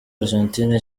argentina